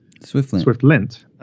SwiftLint